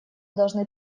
должны